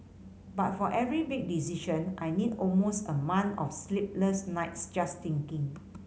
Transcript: but for every big decision I need almost a month of sleepless nights just thinking